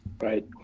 Right